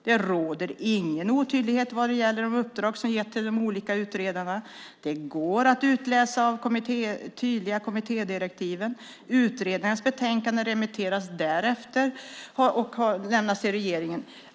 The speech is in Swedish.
Det råder ingen otydlighet vad gäller de uppdrag som getts till utredarna. Det går att utläsa ur de tydliga kommittédirektiven. Utredarens betänkande remitteras därefter och lämnas till regeringen.